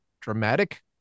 dramatic